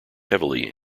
heavily